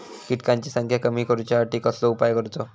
किटकांची संख्या कमी करुच्यासाठी कसलो उपाय करूचो?